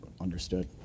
understood